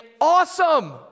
awesome